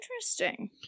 interesting